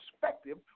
perspective